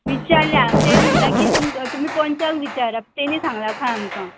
विचारल्या ते म्हणटा की तुमकां तुमी पोन्चाक विचारा तेणी सांगला खाय आमकां